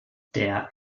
der